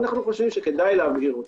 אנחנו חושבים שכדאי להבהיר אותה.